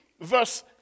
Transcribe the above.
verse